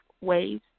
ways